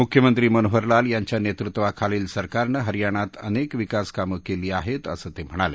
मुख्यमंत्री मनोहरलाल यांच्या नेतृत्वाखालील सरकारनं हरियाणात अनेक विकासकामे केली आहेत असं ते म्हणाले